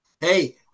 Hey